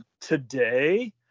today